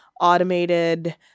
automated